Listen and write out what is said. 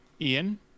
Ian